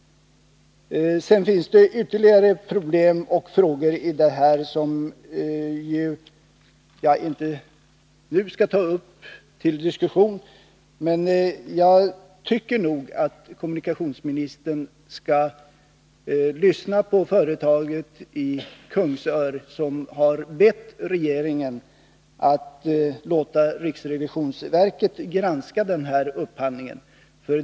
Det finns ytterligare problem och frågor kring detta som jag inte nu skall ta upp till diskussion, men jag tycker att kommunikationsministern borde lyssna på företaget i Kungsör, som ju har bett regeringen att låta riksrevisionsverket granska den här upphandlingen.